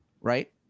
right